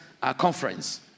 conference